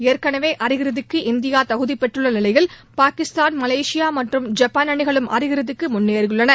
ஏற்கெனவே அரையிறதிக்கு இந்தியா தகுதி பெற்றுள்ள நிலையில் பாகிஸ்தான் மலேசியா மற்றும் ஜப்பான் அணிகளும் அரையிறுதிக்கு முன்னேறி உள்ளன